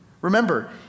Remember